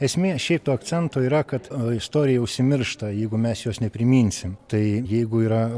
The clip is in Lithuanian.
esmė šiaip to akcento yra kad istorija užsimiršta jeigu mes jos nepriminsim tai jeigu yra